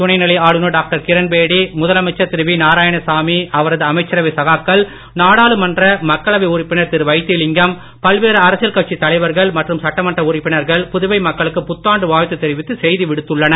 துணை நிலை ஆளுநர் டாக்டர் கிரண்பேடி முதலமைச்சர் திரு நாராயணசாமி அவரது அமைச்சரவை சகாக்கள் நாடாளுமன்ற மக்களவை உறுப்பினர் திரு வைத்திலிங்கம் பல்வேறு அரசியல் கட்சித் தலைவர்கள் மற்றும் சட்டமன்ற உறுப்பினர்கள் புதுவை மக்களுக்கு புத்தாண்டு வாழ்த்து தெரிவித்து செய்தி விடுத்துள்ளனர்